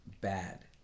bad